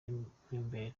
impembero